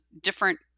different